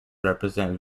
represent